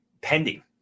pending